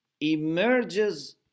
emerges